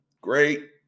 Great